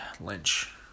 Lynch